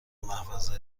محفظه